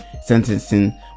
sentencing